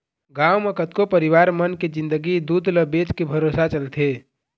गांव म कतको परिवार मन के जिंनगी दूद ल बेचके भरोसा चलथे